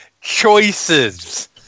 choices